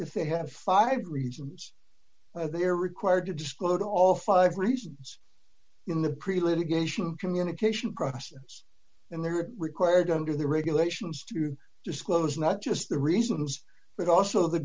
if they have five regions they're required to disclose all five reasons in the pretty litigation communication process and they are required under the regulations to disclose not just the reasons but also the